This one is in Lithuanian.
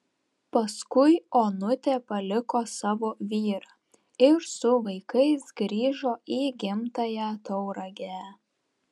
paskui onutė paliko savo vyrą ir su vaikais grįžo į gimtąją tauragę